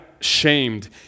shamed